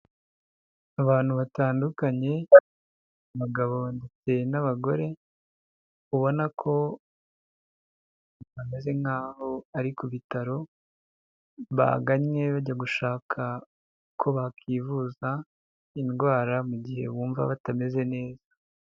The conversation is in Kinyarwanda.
Abantu batandukanye, abagabo ndetse n'abagore, ubona ko bameze nkaho ari ku bitaro, bagannye bajya gushaka uko bakivuza indwara mu gihe bumva batameze neza.